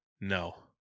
No